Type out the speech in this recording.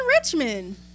Richmond